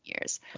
years